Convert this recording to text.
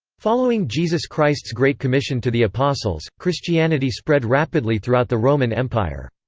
following jesus christ's great commission to the apostles, christianity spread rapidly throughout the roman empire.